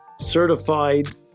certified